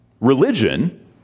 Religion